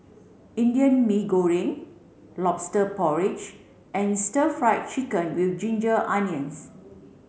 Indian Mee Goreng lobster porridge and stir fried chicken with ginger onions